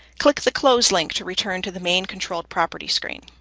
click the close link to return to the main controlled property screen.